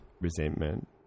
resentment